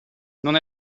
non